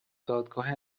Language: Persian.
دادگاه